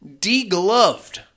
degloved